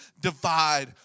divide